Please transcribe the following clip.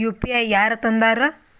UPI ಯಾರ್ ತಂದಾರ?